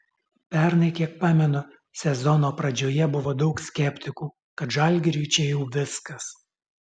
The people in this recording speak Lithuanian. pernai kiek pamenu sezono pradžioje buvo daug skeptikų kad žalgiriui čia jau viskas